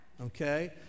okay